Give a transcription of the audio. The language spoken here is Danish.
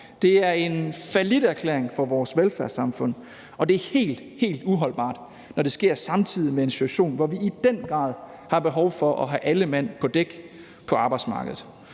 Det er en falliterklæring for vores velfærdssamfund. Og det er helt, helt uholdbart, når det sker samtidig med en situation, hvor vi i den grad har behov for at have alle mand på dæk på arbejdsmarkedet.